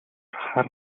хар